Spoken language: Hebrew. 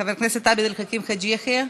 חבר הכנסת עבד אל חכים חאג' יחיא,